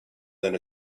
than